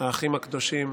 האחים הקדושים,